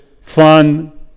fun